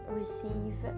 receive